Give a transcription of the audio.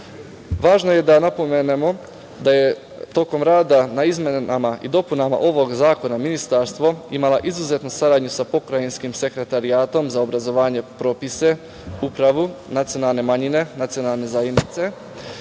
je da napomenemo da je tokom rada na izmenama i dopunama ovog zakona, ministarstvo imalo izuzetnu saradnju sa Pokrajinskim sekretarijatom za obrazovanje, propise, upravu, nacionalne manjine, nacionalne zajednice